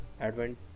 advent